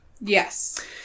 yes